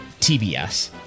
TBS